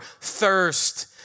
thirst